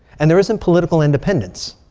and there isn't political independence.